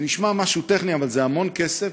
זה נשמע משהו טכני אבל זה המון כסף,